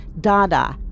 Dada